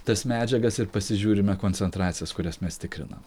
tas medžiagas ir pasižiūrime koncentracijas kurias mes tikrinam